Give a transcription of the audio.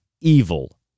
evil